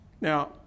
Now